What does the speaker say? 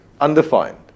undefined